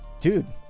dude